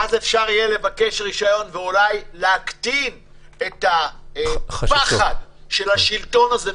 ואז אפשר יהיה לבקש רישיון ואולי להקטין את הפחד של השלטון הזה.